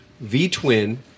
V-Twin